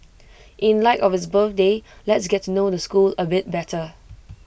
in light of its birthday let's get to know the school A bit better